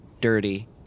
dirty